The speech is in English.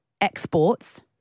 exports